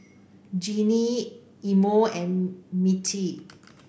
Jeannine Imo and Mittie